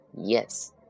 Yes